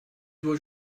was